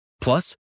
Plus